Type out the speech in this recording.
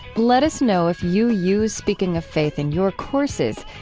let us know if you use speaking of faith in your courses.